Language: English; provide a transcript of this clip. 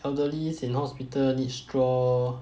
elderlies in hospital needs straw